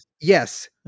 Yes